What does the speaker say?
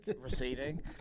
receding